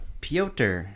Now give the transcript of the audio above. Piotr